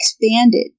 expanded